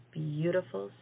beautiful